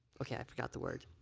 okay. i forgot the word.